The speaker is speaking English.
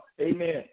Amen